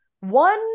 One